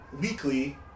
Weekly